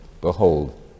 behold